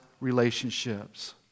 relationships